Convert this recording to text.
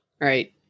Right